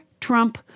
Trump